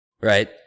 right